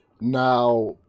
Now